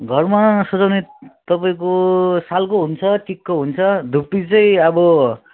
घरमा सजाउने तपाईँको सालको हुन्छ टिकको हुन्छ धुप्पी चाहिँ अब